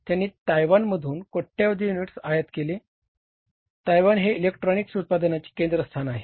त्यांनी तायवानमधून कोट्यावधी युनिट्स आयात केले तायवान हे इलेक्ट्रॉनिक्स उत्पादनांचे केंद्रस्थान आहे